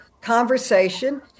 conversation